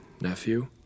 nephew